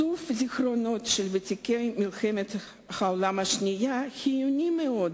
איסוף הזיכרונות של ותיקי מלחמת העולם השנייה חיוני מאוד